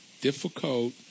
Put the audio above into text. difficult